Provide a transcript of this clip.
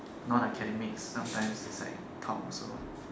non academics sometime is like top also